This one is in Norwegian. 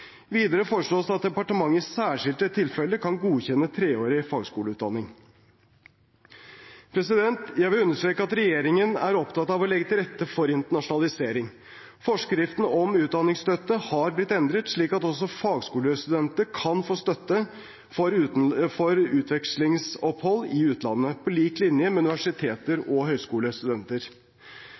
Videre foreslås det at departementet i særskilte tilfeller kan godkjenne treårig fagskoleutdanning. Jeg vil understreke at regjeringen er opptatt av å legge til rette for internasjonalisering. Forskriften om utdanningsstøtte har blitt endret, slik at også fagskolestudenter kan få støtte til utvekslingsopphold i utlandet på lik linje med universitets- og høyskolestudenter.